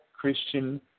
Christian